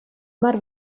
мар